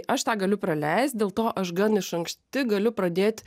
aš tą galiu praleist dėl to aš gan iš ankšti galiu pradėt